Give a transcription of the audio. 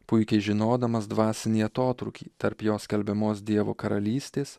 puikiai žinodamas dvasinį atotrūkį tarp jo skelbiamos dievo karalystės